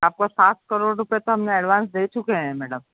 आपको सात करोड़ रुपए तो हमने एडवांस दे चुके हैं मैडम